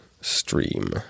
stream